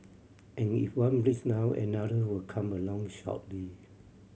and if one breaks down another will come along shortly